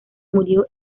murió